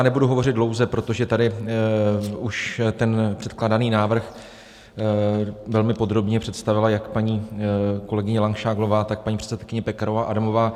Nebudu hovořit dlouze, protože tady už předkládaný návrh velmi podrobně představila jak paní kolegyně Langšádlová, tak paní předsedkyně Pekarová Adamová.